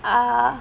uh